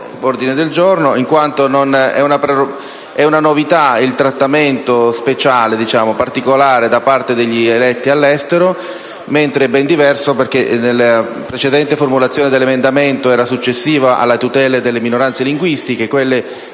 in quanto è una novità il trattamento speciale riservato agli eletti all'estero, mentre è ben diverso, come nella precedente formulazione dell'emendamento, farlo seguire alla tutela delle minoranze linguistiche, che